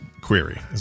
query